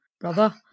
Brother